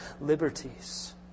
liberties